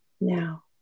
now